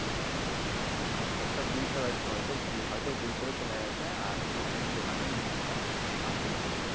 সেই হুম হুম না সে তা বুঝতে পারছি হয়তো ভুল হয়তো ভুল করে চলে গেছে আচ্ছা ঠিক আছে আপনি দোকানকে নিয়ে আসবেন আমি চেঞ্জ করে দেবো